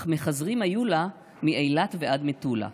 / אך מחזרים היו לה / מאילת ועד מטולה: